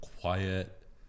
quiet